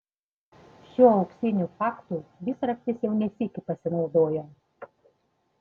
šiuo auksiniu faktu visraktis jau ne sykį pasinaudojo